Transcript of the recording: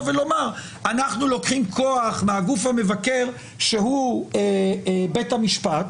ולומר שאנחנו לוקחים כוח מהגוף המבקר שהוא בית המשפט